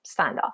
standoff